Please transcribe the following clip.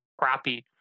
crappy